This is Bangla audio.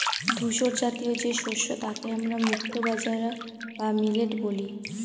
ধূসরজাতীয় যে শস্য তাকে আমরা মুক্তো বাজরা বা মিলেট বলি